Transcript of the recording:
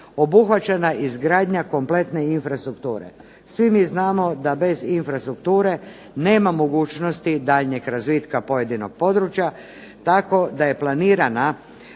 obuhvaćena izgradnja kompletne infrastrukture. Svi mi znamo da bez infrastrukture nema mogućnosti daljnjeg razvitka pojedinog područja, tako da je planirana